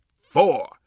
four